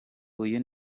uyu